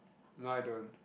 no I don't